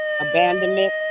Abandonment